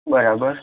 બરાબર